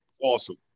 Awesome